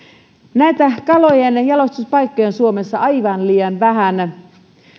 näitä kalojen jalostuspaikkoja on suomessa aivan liian vähän